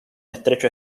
estrecho